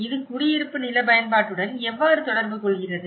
இது குடியிருப்பு நில பயன்பாட்டுடன் எவ்வாறு தொடர்பு கொள்கிறது